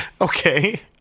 Okay